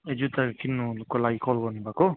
ए जुत्ता किन्नुको लागि कल गर्नुभएको